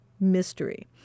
mystery